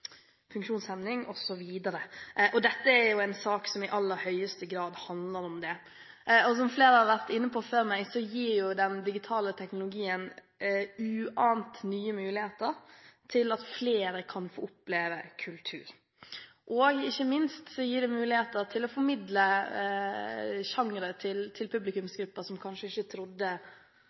funksjonshemning osv., og dette er jo en sak som i aller høyeste grad handler om det. Som flere har vært inne på før meg, gir jo den digitale teknologien uante nye muligheter for at flere kan få oppleve kultur, og ikke minst gir det muligheter til å formidle sjangere til publikumsgrupper som kanskje ikke trodde